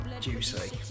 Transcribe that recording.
Juicy